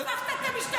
הכנסת הזאת סבבה.